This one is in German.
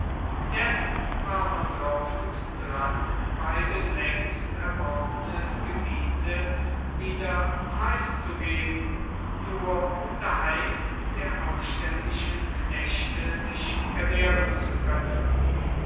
jetzt war man drauf und dran beide längst erworbene gebiete wieder preiszugeben nur um daheim der aufständischen knechte sich erwehren zu können